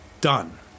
done